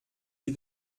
sie